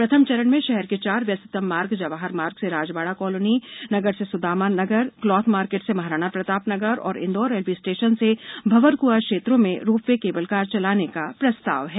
प्रथम चरण में शहर के चार व्यस्ततम मार्ग जवाहर मार्ग से राजबाढ़ा कॉलानी नगर से स्दामा नगर क्लॉथ मार्केट से महाराणा प्रताप नगर और इंदौर रेलवे स्टेशन से भंवरक्आं क्षेत्रों में रोपवे केबल कार चलाने का प्रस्ताव है